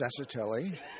Sassatelli